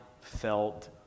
felt